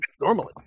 normally